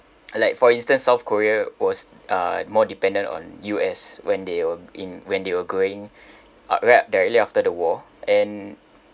uh like for instance south korea was uh more dependent on U_S when they were in when they were growing uh right directly after the war and